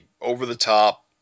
over-the-top